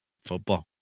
Football